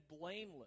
blameless